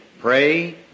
pray